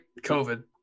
COVID